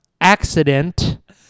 accident